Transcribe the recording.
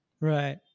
Right